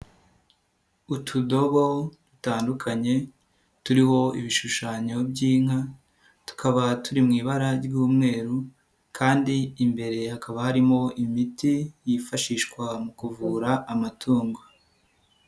Utudobo dutandukanye turiho ibishushanyo by'inka, tukaba turi mui ibara ry'umweru kandi imbere hakaba harimo imiti yifashishwa mu kuvura amatungo.